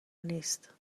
نیست